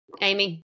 Amy